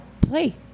play